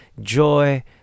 joy